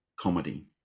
comedy